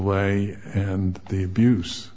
way and the abuse